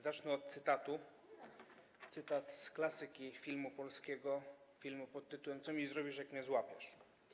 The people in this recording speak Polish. Zacznę od cytatu z klasyki filmu polskiego, filmu pt. „Co mi zrobisz, jak mnie złapiesz?